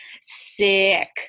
sick